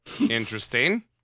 interesting